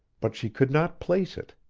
but she could not place it.